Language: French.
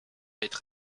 être